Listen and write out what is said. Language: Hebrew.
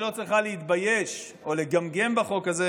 או לגמגם בחוק הזה